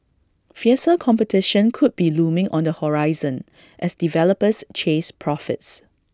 fiercer competition could be looming on the horizon as developers chase profits